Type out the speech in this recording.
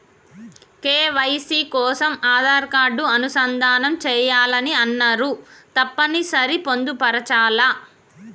KYC కోసం Aadhaar card అనుసంధానం చేయాలని అన్నరు తప్పని సరి పొందుపరచాలా?